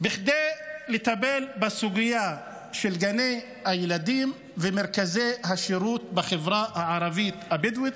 כדי לטפל בסוגיה של גני הילדים ומרכזי השירות בחברה הערבית הבדואית.